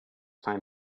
time